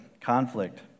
Conflict